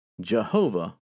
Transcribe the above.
Jehovah